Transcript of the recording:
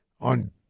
on